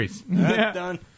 Done